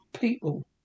people